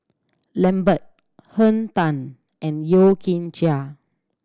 Lambert Henn Tan and Yeo Kian Chai